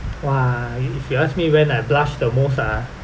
!wah! if you ask me when I blush the most ah